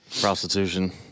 Prostitution